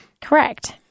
Correct